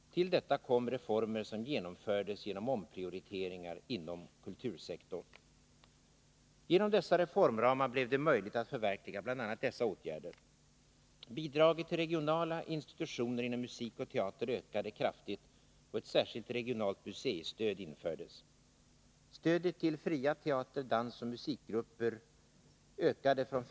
Till detta kom reformer som genomfördes genom omprioriteringar inom kultursektorn. Genom dessa reformramar blev det möjligt att förverkliga bl.a. dessa åtgärder: Bidraget till regionala institutioner inom musik och teater ökade kraftigt, och ett särskilt regionalt museistöd infördes.